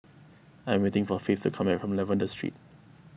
I am waiting for Faith to come back from Lavender Street